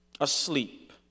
asleep